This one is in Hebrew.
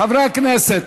חברי הכנסת,